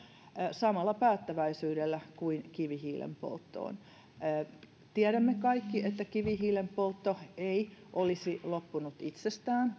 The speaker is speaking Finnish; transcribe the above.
samalla päättäväisyydellä kuin kivihiilen polttoon me kaikki tiedämme että kivihiilen poltto ei olisi loppunut itsestään